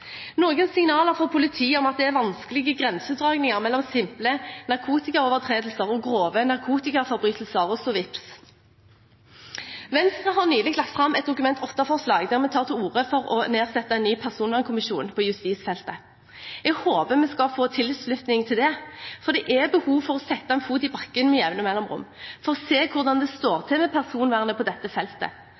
noen signaler fra politiet om at det er vanskelige grensedragninger mellom simple narkotikaovertredelser og grove narkotikaforbrytelser, og så vips! Venstre har nylig lagt fram et Dokument 8-forslag der vi tar til orde for å nedsette en ny personvernkommisjon på justisfeltet. Jeg håper vi får tilslutning til det, for det er behov for å sette en fot i bakken med jevne mellomrom for å se hvordan det står til med personvernet på dette feltet.